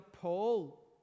Paul